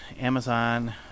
amazon